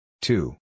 Two